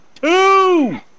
two